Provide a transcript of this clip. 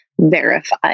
verify